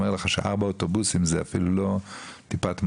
אומר לך שארבעה אוטובוסים זה אפילו לא טיפת מים.